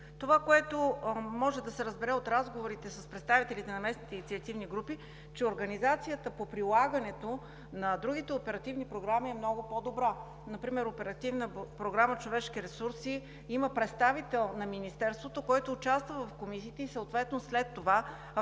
Това, което може да се разбере от разговорите с представителите на местните инициативни групи, е, че организацията по прилагането на другите оперативни програми е много по-добра. Например в Оперативна програма „Човешки ресурси“ има представител на Министерството, който участва в комисиите, съответно след това автоматично